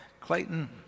Clayton —